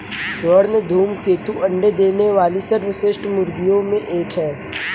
स्वर्ण धूमकेतु अंडे देने वाली सर्वश्रेष्ठ मुर्गियों में एक है